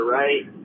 right